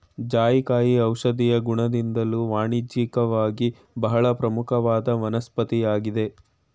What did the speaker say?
ಜಾಯಿಕಾಯಿ ಔಷಧೀಯ ಗುಣದಿಂದ್ದಲೂ ವಾಣಿಜ್ಯಿಕವಾಗಿ ಬಹಳ ಪ್ರಮುಖವಾದ ವನಸ್ಪತಿಯಾಗಯ್ತೆ